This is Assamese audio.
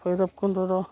ভৈৰৱকুণ্ডৰ